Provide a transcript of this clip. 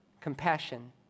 compassion